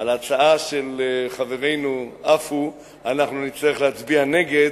על ההצעה של חברנו עפו אנחנו נצטרך להצביע נגד,